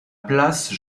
place